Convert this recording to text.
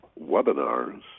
webinars